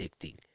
addicting